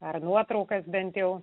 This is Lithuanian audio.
ar nuotraukas bent jau